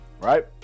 right